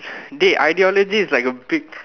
dey ideology is like a big